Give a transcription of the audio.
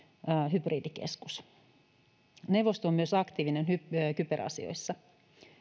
hybridikeskus neuvosto on myös aktiivinen kyberasioissa